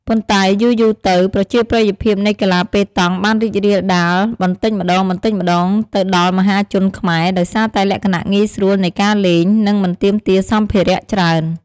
ប៉ុន្តែយូរៗទៅ ប្រជាប្រិយភាពនៃកីឡាប៉េតង់បានរីករាលដាលបន្តិចម្តងៗទៅដល់មហាជនខ្មែរ ដោយសារតែលក្ខណៈងាយស្រួលនៃការលេង និងមិនទាមទារសម្ភារៈច្រើន។